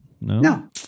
no